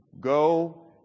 Go